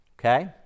Okay